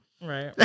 Right